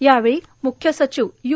यावेळी म्ख्य सचिव यू